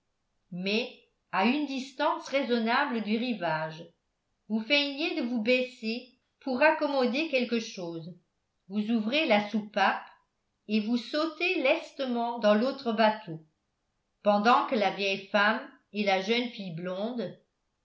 mais à une distance raisonnable du rivage vous feignez de vous baisser pour raccommoder quelque chose vous ouvrez la soupape et vous sautez lestement dans l'autre bateau pendant que la vieille femme et la jeune fille blonde